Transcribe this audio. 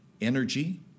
energy